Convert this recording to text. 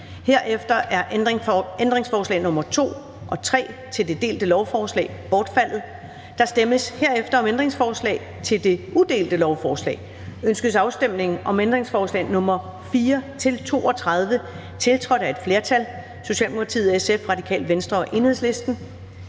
Herefter er ændringsforslag nr. 2 og 3 til det delte lovforslag bortfaldet. Der stemmes herefter om ændringsforslag til det udelte lovforslag. Ønskes afstemning om ændringsforslag nr. 4-32, tiltrådt af et flertal (S, SF, RV og EL)? De er vedtaget.